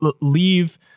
leave